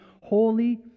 holy